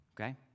Okay